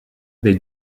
dei